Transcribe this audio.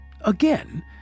again